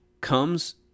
comes